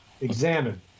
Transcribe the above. Examine